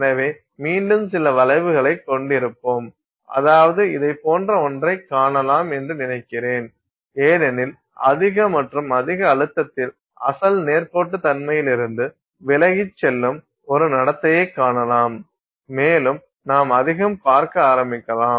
எனவே மீண்டும் சில வளைவுகளைக் கொண்டிருப்போம் அதாவது இதைப் போன்ற ஒன்றைக் காணலாம் என்று நினைக்கிறேன் ஏனெனில் அதிக மற்றும் அதிக அழுத்தத்தில் அசல் நேர்கோட்டுத்தன்மையிலிருந்து விலகிச் செல்லும் ஒரு நடத்தையை காணலாம் மேலும் நாம் அதிகம் பார்க்க ஆரம்பிக்கலாம்